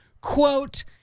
Quote